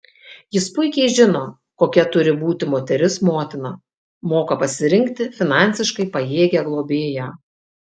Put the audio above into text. jis puikiai žino kokia turi būti moteris motina moka pasirinkti finansiškai pajėgią globėją